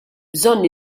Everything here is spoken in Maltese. bżonn